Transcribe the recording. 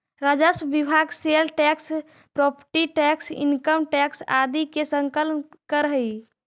राजस्व विभाग sale tax property tax income tax आदि के संकलन करऽ हई